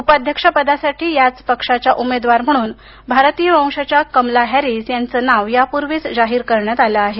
उपाध्यक्षपदासाठी याच पक्षाच्या उमेदवार म्हणून भारतीय वंशाच्या कमला हॅरिस यांचं नाव यापूर्वीच जाहीर करण्यात आलं आहे